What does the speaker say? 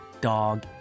dog